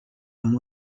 amb